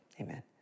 amen